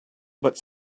but